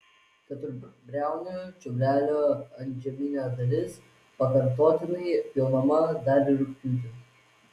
keturbriaunio čiobrelio antžeminė dalis pakartotinai pjaunama dar ir rugpjūtį